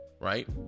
right